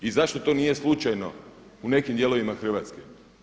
I zašto to nije slučajno u nekim dijelovima Hrvatske?